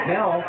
Now